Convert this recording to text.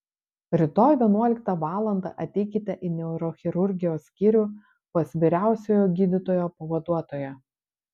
rytoj vienuoliktą valandą ateikite į neurochirurgijos skyrių pas vyriausiojo gydytojo pavaduotoją